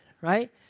right